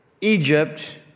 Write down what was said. Egypt